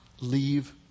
leave